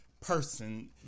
person